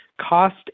cost